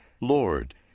Lord